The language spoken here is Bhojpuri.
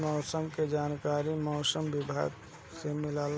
मौसम के जानकारी मौसम विभाग से मिलेला?